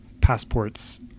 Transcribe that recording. passports